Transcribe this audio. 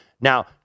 Now